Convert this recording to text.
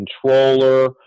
controller